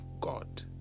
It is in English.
God